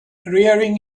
rearing